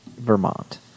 Vermont